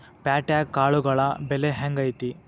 ಪ್ಯಾಟ್ಯಾಗ್ ಕಾಳುಗಳ ಬೆಲೆ ಹೆಂಗ್ ಐತಿ?